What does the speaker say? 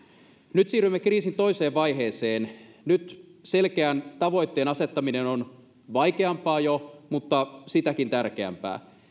nyt siirrymme kriisin toiseen vaiheeseen nyt selkeän tavoitteen asettaminen on jo vaikeampaa mutta sitäkin tärkeämpää